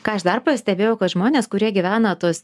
ką aš dar pastebėjau kad žmonės kurie gyvena tuos